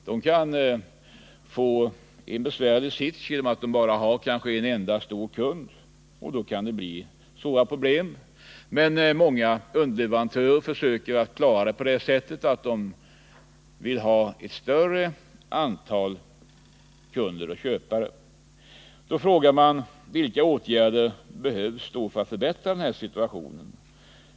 De kan få en besvärlig sits genom att de bara har en enda stor kund. Då kan det uppstå stora problem. Men många underleverantörer inser att man måste ha ett större antal kunder. Då frågar man: Vilka åtgärder behövs för att förbättra situationen?